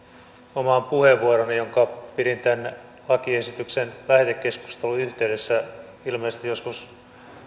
omaan puheenvuorooni jonka pidin tämän lakiesityksen lähetekeskustelun yhteydessä ilmeisesti joskus